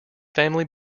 family